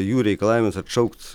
jų reikalavimus atšaukt